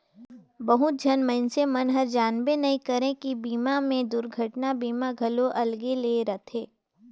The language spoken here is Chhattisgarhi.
बहुत झन मइनसे मन हर जानबे नइ करे की बीमा मे दुरघटना बीमा घलो अलगे ले रथे